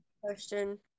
Question